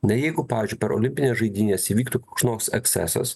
na jeigu pavyzdžiui per olimpines žaidynes įvyktų koks nors ekscesas